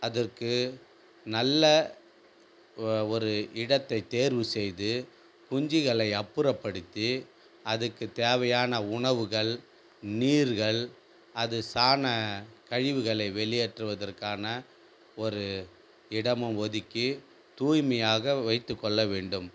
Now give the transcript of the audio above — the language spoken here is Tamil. அதற்கு நல்ல ஒ ஒரு இடத்தை தேர்வு செய்து குஞ்சுகளை அப்புறப்படுத்தி அதுக்குத் தேவையான உணவுகள் நீர்கள் அது சாண கழிவுகளை வெளியேற்றுவதற்கான ஒரு இடமும் ஒதுக்கி துாய்மையாக வைத்துக்கொள்ள வேண்டும்